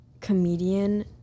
comedian